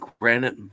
granite